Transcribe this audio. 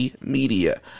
media